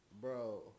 bro